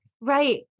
Right